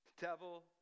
Devil